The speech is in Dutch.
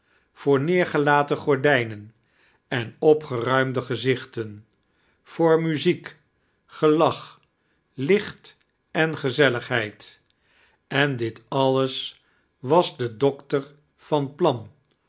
voor neergelaten gondijnen ein opgeruimde gezichten voor muziek gelach licht en gezelligbeid en dit alias was de doctor van plan